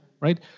right